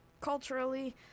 culturally